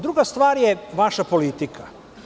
Druga stvar je vaša politika.